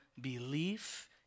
belief